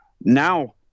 now